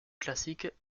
classique